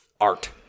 art